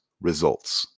results